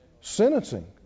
Sentencing